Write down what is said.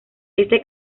este